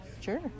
sure